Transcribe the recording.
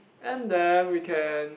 and then we can